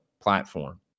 platform